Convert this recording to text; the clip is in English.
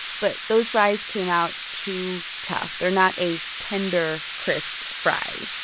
but those fries came out too tough they're not a tender, crisp fry.